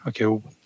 okay